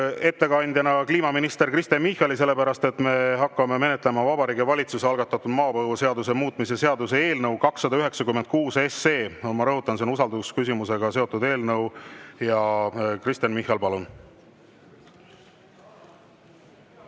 ettekandjaks kliimaminister Kristen Michali, sellepärast et me hakkame menetlema Vabariigi Valitsuse algatatud maapõueseaduse muutmise seaduse eelnõu 296. Ma rõhutan, et see on usaldusküsimusega seotud eelnõu. Kristen Michal, palun!